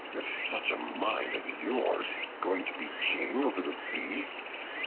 with such a mind as yours, going to be king over the beasts?